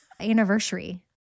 anniversary